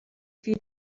few